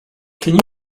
can